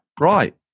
right